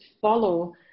follow